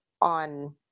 on